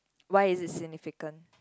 why is it significant